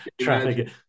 traffic